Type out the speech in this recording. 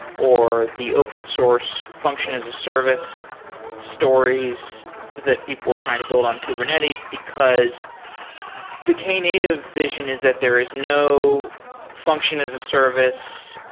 or the open source function as a service stories that people were trying to build on kubernetes, because the knative vision is that there is no function as a service.